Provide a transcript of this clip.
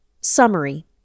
Summary